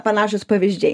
panašūs pavyzdžiai